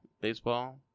Baseball